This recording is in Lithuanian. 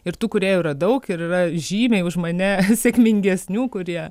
ir tų kūrėjų yra daug ir yra žymiai už mane sėkmingesnių kurie